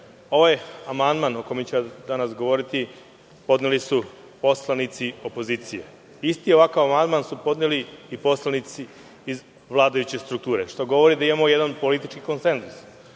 Vlade. Amandman o kome ću danas govoriti su podneli poslanici opozicije. Isti ovakav amandman su podneli i poslanici iz vladajuće strukture, što govori da imamo jedan politički konzenzus.O